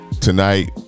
tonight